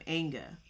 anger